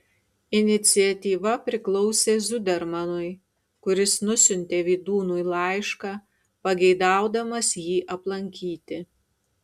iniciatyva priklausė zudermanui kuris nusiuntė vydūnui laišką pageidaudamas jį aplankyti